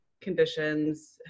conditions